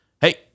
hey